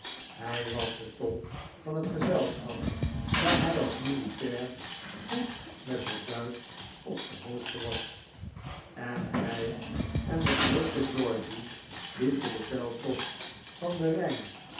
hij was de tolk van het gezelschap daar hij als militair goed met het duitsch op de hoogte was en hij en de verrukte georgy lieten den veldtocht van den rijn